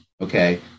Okay